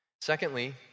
Secondly